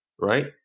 right